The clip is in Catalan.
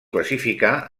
classificar